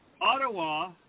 Ottawa